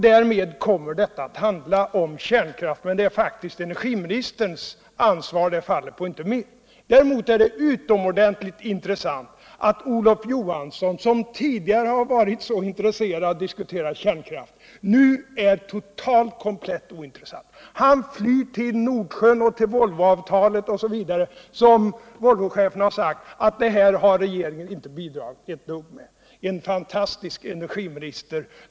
Därmed kommer det att handla om kärnkraft, men det är faktiskt energiministerns ansvar det faller på och inte mitt. Däremot är det utomordentligt intressant att Olof Johansson, som tidigare har varit så intresserad av att diskutera kärnkraft, nu är komplett ointresserad av detta. Han flyr till Nordsjön och Volvoavtalet, som Volvochefen har sagt att den svenska regeringen inte har bidragit ett dugg till. Det är en fantastisk energiminister vi har.